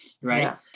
right